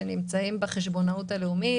שנמצאים בחשבונאות הלאומית.